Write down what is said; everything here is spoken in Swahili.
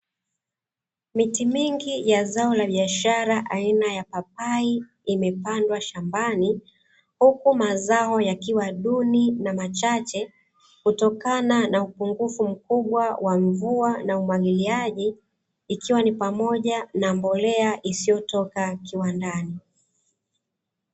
Miti mingi ya zao la biashara aina ya papai limepandwa shambani, huku mazao yakiwa duni na machache kutokana na upungufu mkubwa wa mvua na umwagiliaji, ikiwa ni pamoja na mbolea isiyotoka kiwandani.